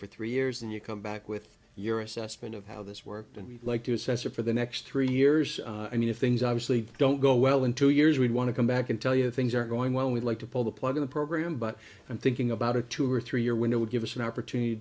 for three years and you come back with your assessment of how this worked and we'd like to assess it for the next three years i mean if things obviously don't go well in two years we'd want to come back and tell you things are going well we'd like to pull the plug on the program but i'm thinking about a two or three year window would give us an opportunity to